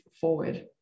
forward